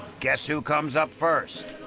guess who comes up first.